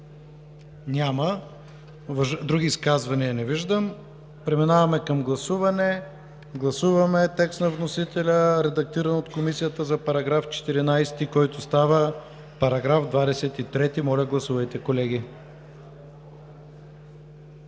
Няма. Други изказвания? Не виждам. Преминаваме към гласуване. Гласуваме текст на вносителя, редактиран от Комисията, за § 14, който става § 23. Моля, гласувайте, колеги.